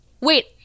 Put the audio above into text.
wait